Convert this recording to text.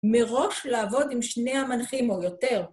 מראש לעבוד עם שני המנחים או יותר.